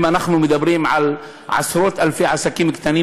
אנחנו מדברים על עשרות אלפי עסקים קטנים,